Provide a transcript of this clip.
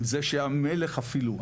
עם זה שהמלך אפילו,